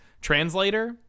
translator